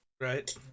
right